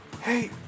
Hey